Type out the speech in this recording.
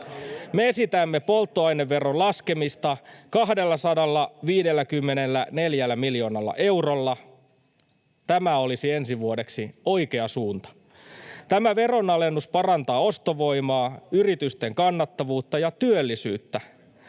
Me esitämme polttoaineveron laskemista 254 miljoonalla eurolla. Tämä olisi ensi vuodeksi oikea suunta. Tämä veronalennus parantaa ostovoimaa, yritysten kannattavuutta ja työllisyyttä.